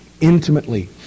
intimately